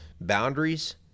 boundaries